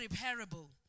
irreparable